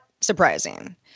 surprising